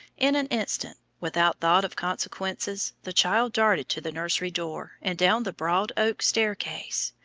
in an instant, without thought of consequences, the child darted to the nursery door and down the broad oak staircase.